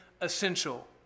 essential